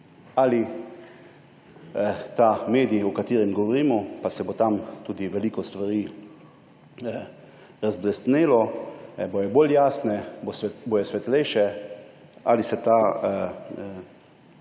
ali ta medij, o katerem govorimo, pa se bo tam tudi veliko stvari razjasnilo, bodo bolj jasne, bodo svetlejše, ali se ta